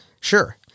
sure